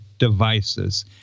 Devices